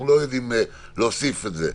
אנחנו לא יודעים להוסיף את זה,